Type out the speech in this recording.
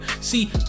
see